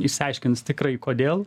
išsiaiškins tikrai kodėl